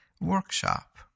workshop